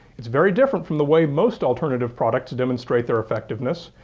it's very different from the way most alternative products demonstrate their effectiveness,